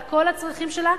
על כל הצרכים שלה,